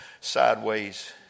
sideways